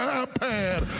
iPad